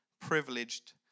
privileged